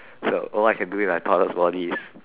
so all I can do is like part of the body is